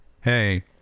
hey